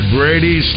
Brady